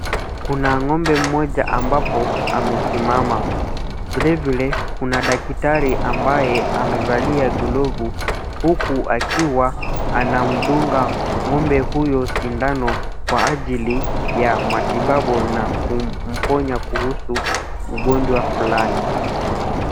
Kuna ng'ombe mmoja ambapo amesimama. Vilevile kuna daktari ambaye amevalia glovu huku akiwa anamdunga ng'ombe huyo sindano kwa ajili ya matibabu na kumponya kuhusu ugonjwa fulani.